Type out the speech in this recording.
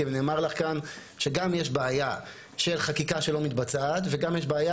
כי נאמר לך כאן שגם יש בעיה של חקיקה שלא מתבצעת וגם יש בעיה